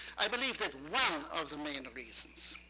i believe that one of the main reasons